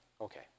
Okay